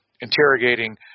interrogating